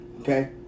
Okay